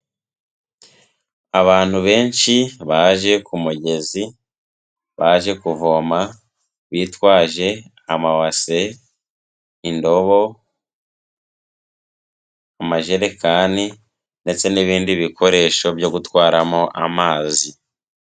Abantu benshi baje ku mugezi, baje kuvoma bitwaje amabase, indobo, amajerekani ndetse n'ibindi bikoresho byo gutwaramo amazi.